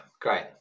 Great